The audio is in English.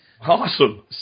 Awesome